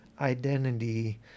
identity